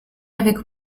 avec